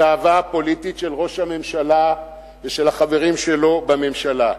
התאווה הפוליטית של ראש הממשלה ושל החברים שלו בממשלה.